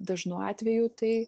dažnu atveju tai